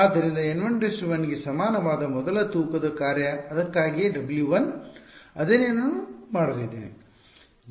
ಆದ್ದರಿಂದ N11 ಗೆ ಸಮಾನವಾದ ಮೊದಲ ತೂಕದ ಕಾರ್ಯ ಅದಕ್ಕಾಗಿಯೇ w1 ಅದನ್ನೇ ನಾನು ಮಾಡಲಿದ್ದೇನೆ